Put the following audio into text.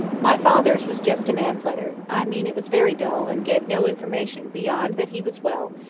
my father's was just a man's letter i mean it was very dull, and gave no information beyond that he was well,